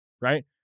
right